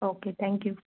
okay thank you